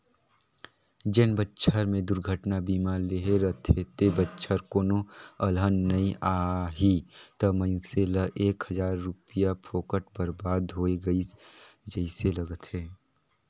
जेन बच्छर मे दुरघटना बीमा लेहे रथे ते बच्छर कोनो अलहन नइ आही त मइनसे ल एक हजार रूपिया फोकट बरबाद होय गइस जइसे लागथें